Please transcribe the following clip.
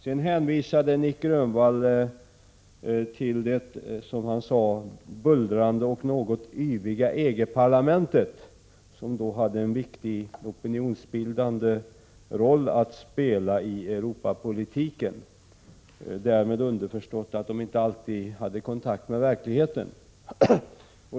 Sedan hänvisar Nic Grönvall till det, som han sade, bullrande och något yviga EG-parlamentet, som hade en viktig opinionsbildande roll att spela i Europapolitiken — därmed underförstått att det inte alltid hade kontakt med verkligheten.